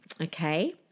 Okay